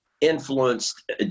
influenced